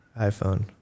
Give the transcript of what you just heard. iPhone